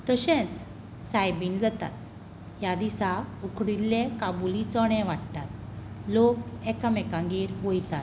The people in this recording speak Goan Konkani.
तसेंच सायबीण जाता ह्या दिसा उकडिल्ले काबुली चणे वांट्टात लोक एकामेकांगेर वयतात